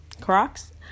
Crocs